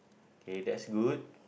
okay that's good